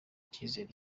icyizere